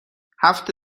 هفت